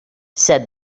said